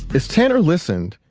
as tanner listened,